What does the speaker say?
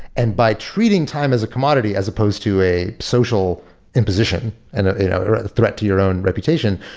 and by treating time as a commodity as supposed to a social imposition and ah you know or a threat to your own reputation,